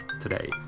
today